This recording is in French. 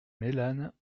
mélanes